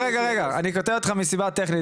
אני קוטע אותך רגע מסיבה טכנית,